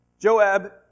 Joab